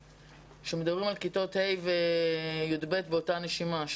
שמדברים על כיתות ה' ו-י"ב באותה נשימה.